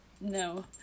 No